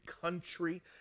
country